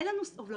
אין לנו סובלנות.